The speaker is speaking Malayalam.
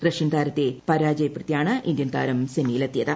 റഷ്യൻ താരത്തെ പ്രാജ്ജയ്പ്പെടുത്തിയാണ് ഇന്ത്യൻ താരം സെമിയിലെത്തിയത്